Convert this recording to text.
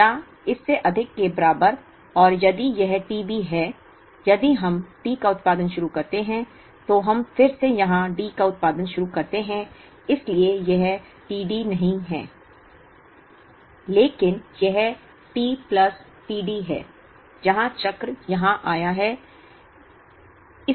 या इससे अधिक के बराबर और यदि यह t B है यदि हम T का उत्पादन शुरू करते हैं तो हम फिर से यहां D का उत्पादन शुरू करते हैं इसलिए यह t D नहीं है लेकिन यह T प्लस t D है जहां चक्र यहां आया है